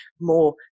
more